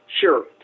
Sure